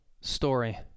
story